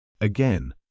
Again